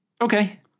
Okay